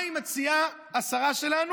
מה היא מציעה, השרה שלנו?